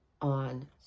on